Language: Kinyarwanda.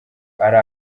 ari